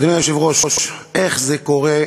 אדוני היושב-ראש, איך זה קורה?